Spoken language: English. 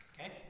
Okay